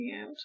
out